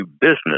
business